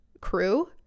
crew